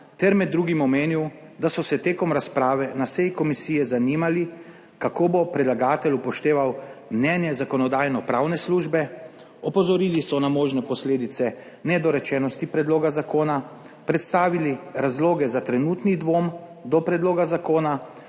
ter med drugim omenil, da so se tekom razprave na seji komisije zanimali, kako bo predlagatelj upošteval mnenje Zakonodajno-pravne službe, opozorili so na možne posledice nedorečenosti predloga zakona, predstavili razloge za trenutni dvom do predloga zakona